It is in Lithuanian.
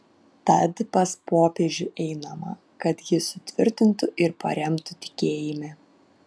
tad pas popiežių einama kad jis sutvirtintų ir paremtų tikėjime